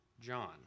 John